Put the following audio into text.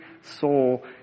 soul